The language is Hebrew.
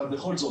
אבל בכל זאת,